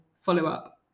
follow-up